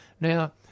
Now